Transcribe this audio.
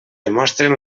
demostren